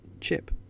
chip